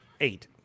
eight